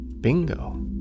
Bingo